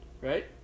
right